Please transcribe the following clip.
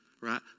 right